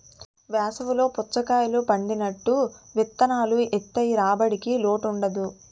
వేసవి లో పుచ్చకాయలు పండినట్టు విత్తనాలు ఏత్తె రాబడికి లోటుండదు